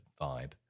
vibe